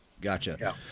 Gotcha